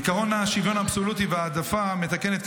עקרון השוויון האבסולוטי וההעדפה המתקנת,